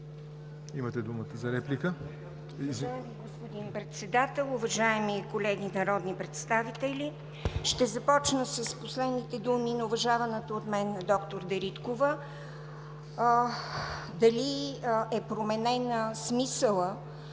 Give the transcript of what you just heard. имате думата за реплика.